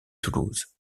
toulouse